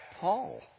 Paul